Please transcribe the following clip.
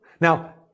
Now